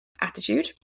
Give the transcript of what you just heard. attitude